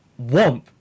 Womp